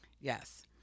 Yes